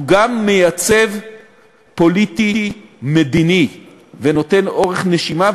הוא גם מייצב פוליטי-מדיני ונותן אורך נשימה,